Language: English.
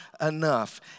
enough